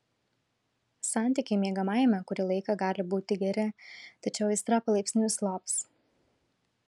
santykiai miegamajame kurį laiką gali būti geri tačiau aistra palaipsniui slops